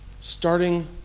starting